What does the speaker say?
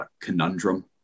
conundrum